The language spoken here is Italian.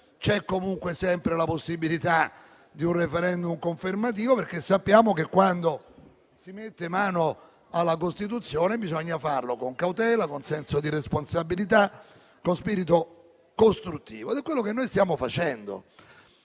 c'è comunque sempre la possibilità di un *referendum* confermativo, perché sappiamo che, quando si mette mano alla Costituzione, bisogna farlo con cautela, con senso di responsabilità, con spirito costruttivo. Ed è quello che noi stiamo facendo.